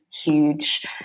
huge